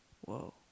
Whoa